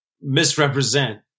misrepresent